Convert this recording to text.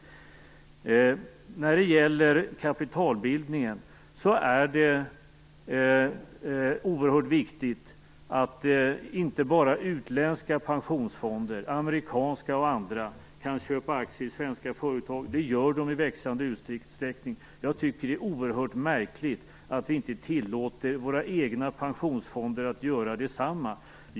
När det gäller kapitalbildningen är det oerhört viktigt att inte bara utländska pensionsfonder, amerikanska och andra, kan köpa aktier i svenska företag. Det gör de i växande utsträckning. Jag tycker att det är oerhört märkligt att vi inte tillåter våra egna pensionsfonder göra detsamma.